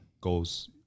goes